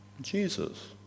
Jesus